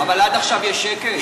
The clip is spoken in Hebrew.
נכון, אבל עד עכשיו יש שקט.